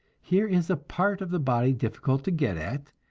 here is a part of the body difficult to get at,